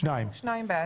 אם כן, שניים בעד.